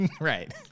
right